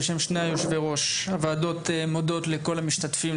שני יושבי הראש: הוועדות מודות לכל המשתתפים.